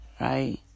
Right